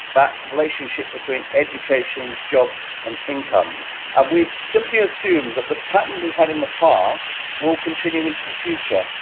that relationship between education, jobs and income. and we've simply assumed that the pattern we've had in the past will continue into the future.